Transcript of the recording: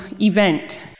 event